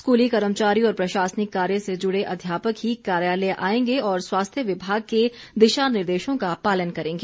स्कूली कर्मचारी और प्रशासनिक कार्य से जुड़े अध्यापक ही कार्यालय आएंगे और स्वास्थ्य विभाग के दिशा निर्देशों का पालन करेंगे